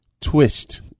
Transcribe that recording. twist